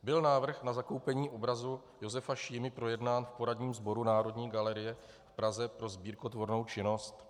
Byl návrh na zakoupení obrazu Josefa Šímy projednán v poradním sboru Národní galerie v Praze pro sbírkotvornou činnost?